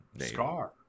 scar